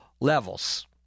levels